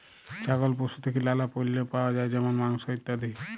ছাগল পশু থেক্যে লালা পল্য পাওয়া যায় যেমল মাংস, ইত্যাদি